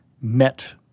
met